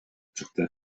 чыкты